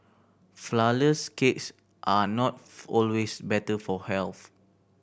flourless cakes are not always better for health